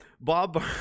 Bob